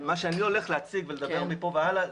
מה שאני הולך להציג ולדבר מכאן והלאה,